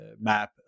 map